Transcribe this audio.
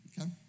Okay